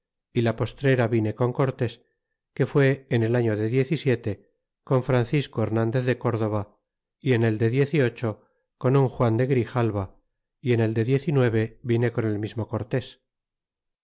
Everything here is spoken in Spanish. y la postrera vine con cortés que fué en el año de diez y siete con francisco hernandez de córdova y en el de diez y ocho con un juan de grijalva y en el de diez y nueve vine con el mismo cortés